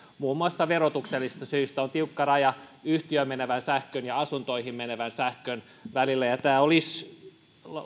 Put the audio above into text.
muun muassa verotuksellisista syistä on tiukka raja yhtiöön menevän sähkön ja asuntoihin menevän sähkön välillä ja tämä olisi